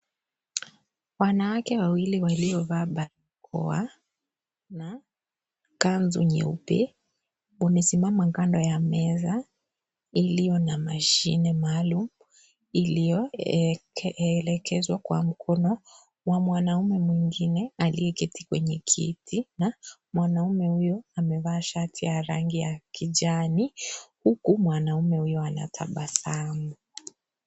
Wanawake wawili waliovaa barakoa na kanzu nyeupe wamesimama kando ya meza iliyo na mashine maalum iliyoelekezwa kwa mkono wa mwanaume mwingine aliyeketi kwenye kiti na mwanaume huyo amevaa shati ya rangi ya kijani huku mwanaume huyo anatabasamu.